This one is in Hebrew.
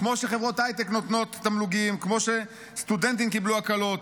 כמו שחברות הייטק נותנות תמלוגים --- כמו שסטודנטים קיבלו הקלות